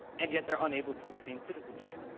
and yet they're unable to obtain citizenship.